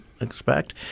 expect